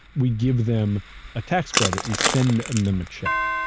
we give them a tax credit. we send and them a check.